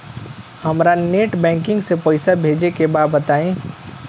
हमरा net banking से पईसा भेजे के बा बताई?